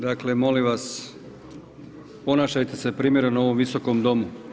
Dakle molim vas ponašajte se primjereno u ovom Visokom domu.